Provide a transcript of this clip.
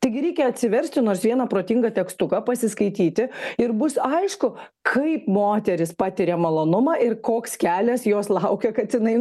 taigi reikia atsiversti nors vieną protingą tekstuką pasiskaityti ir bus aišku kaip moterys patiria malonumą ir koks kelias jos laukia kad jinai